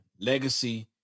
Legacy